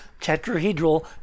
tetrahedral